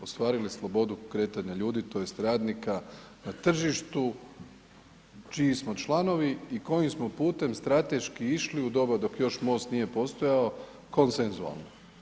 Ostvarili slobodu kretanja ljudi tj. radnika na tržištu čiji smo članovi i kojim smo putem strateški išli u doba dok još MOST nije postojao konsensualno.